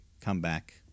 comeback